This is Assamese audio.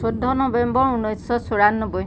চৈধ্য নৱেম্বৰ ঊনৈছশ চৌৰানব্বৈ